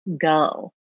go